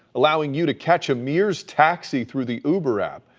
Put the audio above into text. allowing you to catch a mears taxi through the uber app.